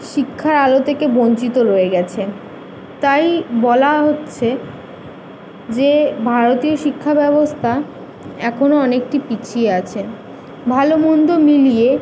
শিক্ষার আলো থেকে বঞ্চিত রয়ে গিয়েছে তাই বলা হচ্ছে যে ভারতীয় শিক্ষা ব্যবস্থা এখনও অনেকটি পিছিয়ে আছে ভালো মন্দ মিলিয়ে